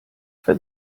for